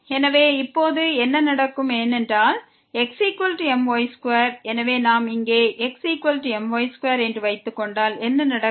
எனவே இப்போது என்ன நடக்கும் ஏனென்றால் xmy2 எனவே நாம் இங்கே xmy2 என்று வைத்துக் கொண்டால் என்ன நடக்கும்